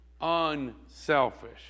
unselfish